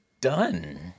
done